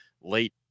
late